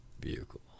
vehicle